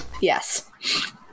Yes